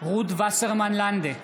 רות וסרמן לנדה,